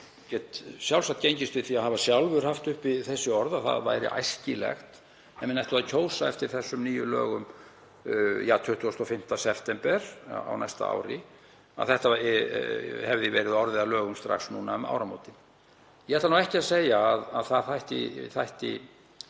Ég get sjálfsagt gengist við því að hafa sjálfur haft uppi þau orð að það væri æskilegt ef menn ætluðu að kjósa eftir þessum nýju lögum 25. september á næsta ári að frumvarpið gæti orðið að lögum strax núna um áramótin. Ég ætla ekki að segja að það þætti